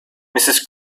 mrs